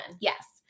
yes